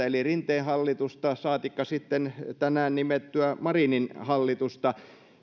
eli rinteen hallitusta saatikka sitten tänään nimettyä marinin hallitusta